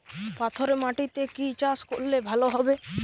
পাথরে মাটিতে কি চাষ করলে ভালো হবে?